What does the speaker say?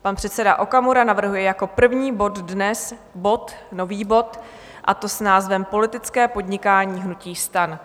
Pan předseda Okamura navrhuje jako první bod dnes nový bod, a to s názvem Politické podnikání hnutí STAN.